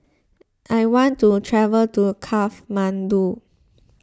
I want to travel to Kathmandu